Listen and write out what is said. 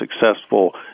successful